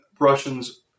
Russians